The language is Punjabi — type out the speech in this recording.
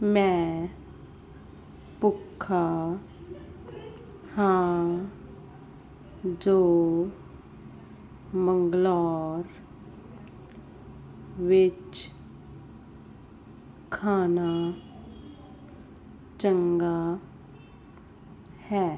ਮੈਂ ਭੁੱਖਾ ਹਾਂ ਜੋ ਬੰਗਲੌਰ ਵਿੱਚ ਖਾਣਾ ਚੰਗਾ ਹੈ